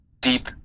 deep